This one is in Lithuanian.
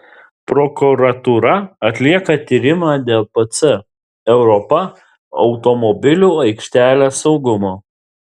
prokuratūra atlieka tyrimą dėl pc europa automobilių aikštelės saugumo